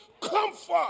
comfort